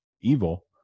evil